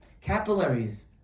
Capillaries